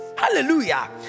Hallelujah